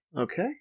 Okay